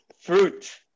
Fruit